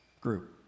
group